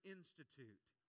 Institute